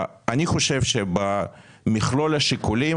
אני חושב שבמכלול השיקולים